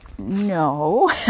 No